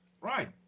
right